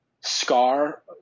scar